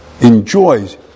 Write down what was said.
enjoys